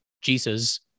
Jesus